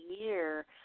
year